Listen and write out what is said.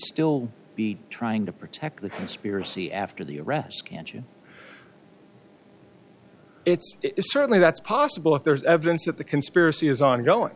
still be trying to protect the conspiracy after the arrest can't you it's certainly that's possible if there is evidence that the conspiracy is ongoing